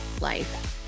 life